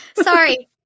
Sorry